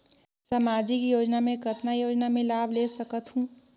समाजिक योजना मे कतना योजना मे लाभ ले सकत हूं?